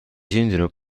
sündinud